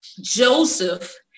Joseph